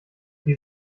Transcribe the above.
die